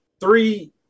three